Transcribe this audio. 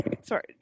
Sorry